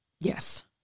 Yes